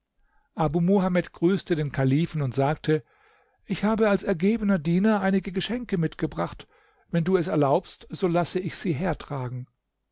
abu muhamed grüßte den kalifen und sagte ich habe als ergebener diener einige geschenke mitgebracht wenn du es erlaubst so lasse ich sie hertragen